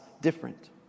different